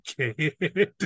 Okay